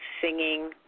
singing